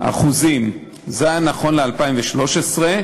לנידויים ולסנקציות כלפי מדינת